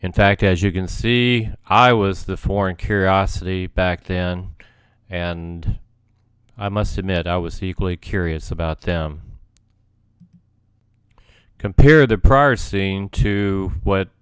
in fact as you can see i was the foreign curiosity back then and i must admit i was equally curious about them compare the prior's seeing to what